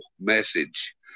message